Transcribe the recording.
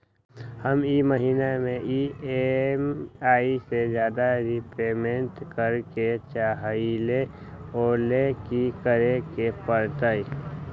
हम ई महिना में ई.एम.आई से ज्यादा रीपेमेंट करे के चाहईले ओ लेल की करे के परतई?